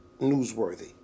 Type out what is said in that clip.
newsworthy